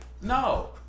no